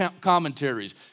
commentaries